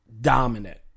dominant